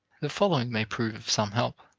the following may prove of some help.